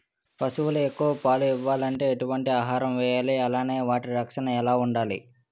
పశువులు ఎక్కువ పాలు ఇవ్వాలంటే ఎటు వంటి ఆహారం వేయాలి అలానే వాటి రక్షణ ఎలా వుండాలి?